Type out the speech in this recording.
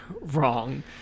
wrong